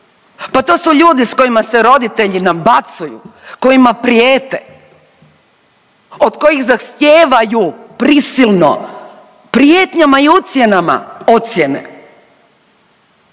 Pa to su ljudi s kojima se roditelji nabacuju, kojima prijete, od kojih zahtijevaju prisilno prijetnjama i ucjenama ocjene.